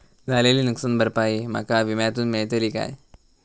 झालेली नुकसान भरपाई माका विम्यातून मेळतली काय?